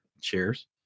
Cheers